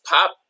Pop